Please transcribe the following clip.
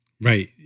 Right